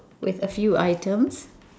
with a few items